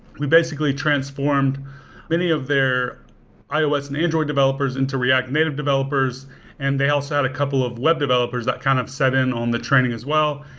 we basically transformed many of their ios and android developers into react native developers and they also had a couple of wed developers that kind of set in on the training as well.